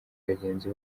bagenzi